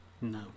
No